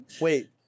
wait